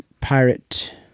Pirate